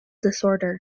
disorder